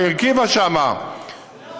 היא הרכיבה שם --- לא.